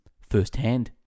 firsthand